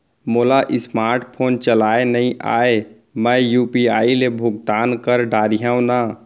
मोला smart phone चलाए नई आए मैं यू.पी.आई ले भुगतान कर डरिहंव न?